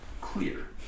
clear